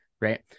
right